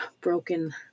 broken